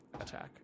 attack